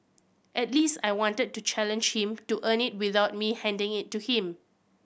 at least I wanted to challenge him to earn it without me handing it to him